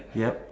yup